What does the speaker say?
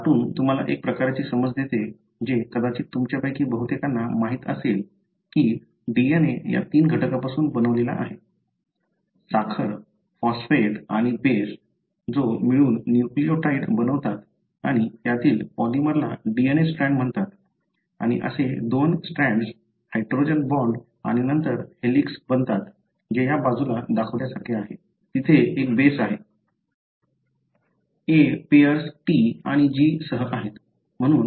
तर कार्टून तुम्हाला एक प्रकारची समज देते जे कदाचित तुमच्यापैकी बहुतेकांना माहित असेल की DNA या तीन घटकांपासून बनलेला आहे साखर फॉस्फेट आणि बेस जो मिळून न्यूक्लियोटाइड बनवतात आणि त्यातील पॉलिमरला DNA स्ट्रँड म्हणतात आणि असे दोन DNA स्ट्रँड्स हायड्रोजन बॉण्ड आणि नंतर हेलिक्स बनतात जे या बाजूला दाखवल्यासारखे आहे की तिथे एक बेस आहे A पेयर्स T आणि G सह आहेत